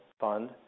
fund